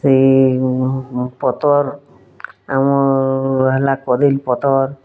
ସେ ପତର୍ ଆମର ହେଲା କଦଳୀ ପତର୍